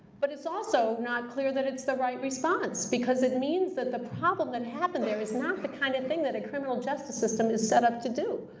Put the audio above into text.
but it's also not clear that it's the right response, because it means that the problem that happened there is not the kind of thing that a criminal justice system is set up to do.